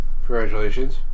congratulations